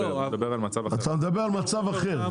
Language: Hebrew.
אתה מדבר על מצב אחר,